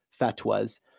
fatwas